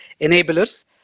enablers